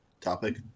topic